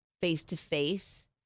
face-to-face